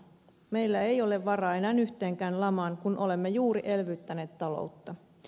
meillä ei ole varaa enää yhteenkään lamaan kun olemme juuri elvyttäneet taloutta